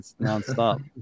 nonstop